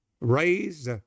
raised